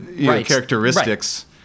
characteristics